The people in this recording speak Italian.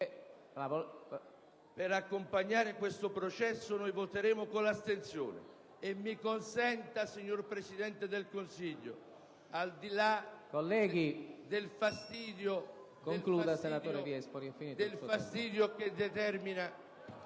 Per accompagnare questo processo, noi voteremo con l'astensione. E mi consenta, signor Presidente del Consiglio, al di là del fastidio*...